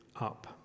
up